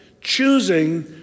choosing